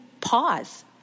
pause